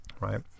right